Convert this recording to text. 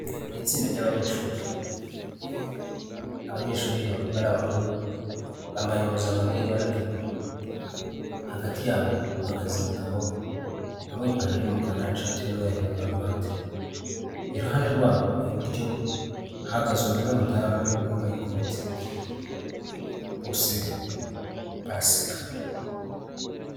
Itsinda ry'abanyeshuri, abanyeshuri abakobwa n'abahungu bambaye impuzankano y'ira ry'ubururu, hagati yabo hahagaze umugabo wambaye ipantaro y'umukara n'ishati y'umweru na karuvati, iruhande rwabo iburyo hahagaze umuntu w'umudamu wambaye ikote bose baraseka.